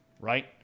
right